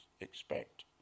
expect